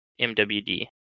MWD